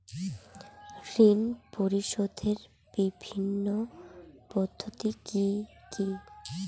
ঋণ পরিশোধের বিভিন্ন পদ্ধতি কি কি?